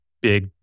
big